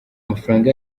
amafaranga